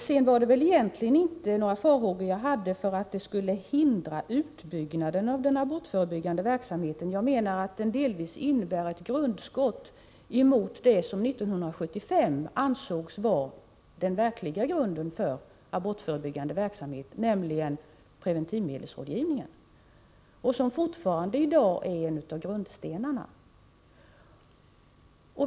Sedan hade jag väl egentligen inte några farhågor att Dagmarförslaget skulle hindra utbyggnad av den abortförebyggande verksamheten. Jag menar att det delvis innebär ett grundskott emot det som 1975 ansågs vara den verkliga grunden för abortförebyggande verksamhet, nämligen preventivmedelsrådgivningen, och som i dag fortfarande är en av grundstenarna.